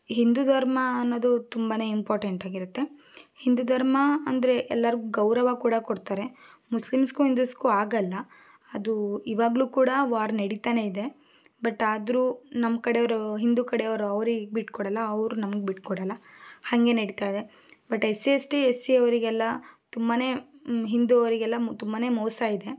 ಹಿಂದೂ ಧರ್ಮ ಅನ್ನೋದು ತುಂಬ ಇಂಪಾರ್ಟೆಂಟ್ ಆಗಿರುತ್ತೆ ಹಿಂದೂ ಧರ್ಮ ಅಂದರೆ ಎಲ್ಲರೂ ಗೌರವ ಕೂಡ ಕೊಡ್ತಾರೆ ಮುಸ್ಲಿಮ್ಸ್ಗೂ ಹಿಂದೂಸ್ಗೂ ಆಗಲ್ಲ ಅದು ಈವಾಗ್ಲೂ ಕೂಡ ವಾರ್ ನಡಿತಾನೆ ಇದೆ ಬಟ್ ಆದರೂ ನಮ್ಮ ಕಡೆಯವರು ಹಿಂದೂ ಕಡೆಯವರು ಅವರಿಗೆ ಬಿಟ್ಟುಕೊಡಲ್ಲ ಅವರು ನಮಗೆ ಬಿಟ್ಟುಕೊಡಲ್ಲ ಹಾಗೆ ನಡಿತಾ ಇದೆ but S C S T S C ಅವರಿಗೆಲ್ಲ ತುಂಬ ಹಿಂದೂ ಅವರಿಗೆಲ್ಲ ತುಂಬ ಮೋಸ ಇದೆ